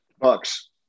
Bucks